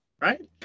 right